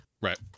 Right